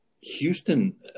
Houston